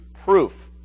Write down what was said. proof